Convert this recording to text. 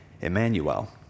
Emmanuel